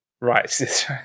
Right